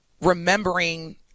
remembering